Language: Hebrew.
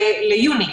ליוני.